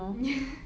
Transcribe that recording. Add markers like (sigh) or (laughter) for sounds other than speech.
(noise)